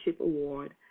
Award